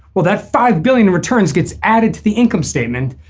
well that five billion returns gets added to the income statement.